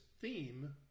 theme